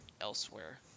elsewhere